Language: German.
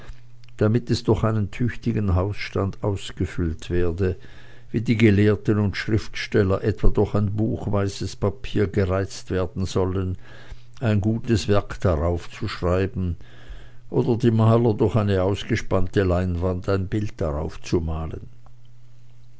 damit es durch einen tüchtigen hausstand ausgefüllt werde wie die gelehrten und schriftsteller etwan durch ein buch weißes papier gereizt werden sollen ein gutes werk darauf zu schreiben oder die maler durch eine ausgespannte leinwand ein bild darauf zu malen